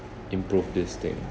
improve this thing